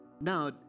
Now